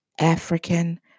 African